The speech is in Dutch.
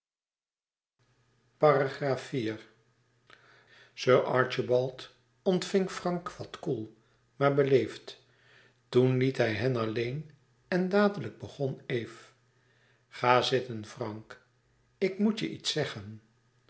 iv sir archibald ontving frank wat koel maar beleefd toen liet hij hen alleen en dadelijk begon eve ga zitten frank ik moet je iets zeggen